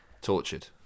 tortured